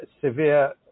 severe